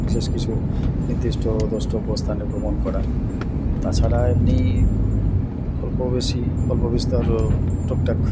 বিশেষ কিছু নিদ্দিষ্ট দ্রষ্টব্য স্থানে ভ্রমণ করা তাছাড়া এমনি অল্প বেশি অল্প বিস্তর টুকটাক